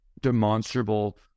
demonstrable